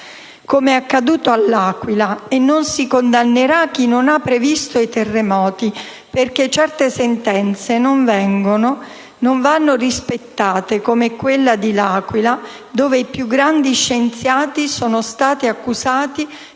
come è accaduto all'Aquila, non si condannerà chi non ha previsto i terremoti, perché certe sentenze non vanno rispettate, come quella dell'Aquila, dove i più grandi scienziati sono stati accusati